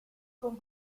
con